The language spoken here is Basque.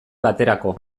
baterako